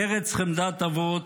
ארץ חמדת אבות,